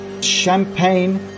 Champagne